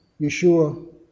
Yeshua